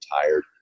tired